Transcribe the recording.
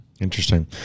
interesting